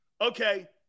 Okay